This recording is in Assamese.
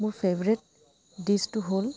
মোৰ ফেভৰেট ডিছটো হ'ল